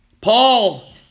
Paul